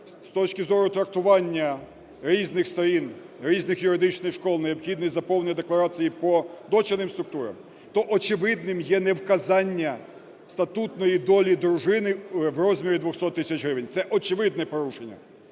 з точки зору трактування різних сторін, різних юридичних шкіл, необхідність заповнення декларацій по дочірнім структурам, то очевидним є невказання статутної долі дружини у розмірі 200 тисяч гривень – це очевидне порушення.